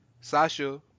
Sasha